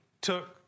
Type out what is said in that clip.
took—